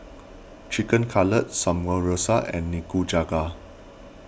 Chicken Cutlet Samgyeopsal and Nikujaga